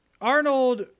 Arnold